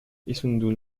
issoudun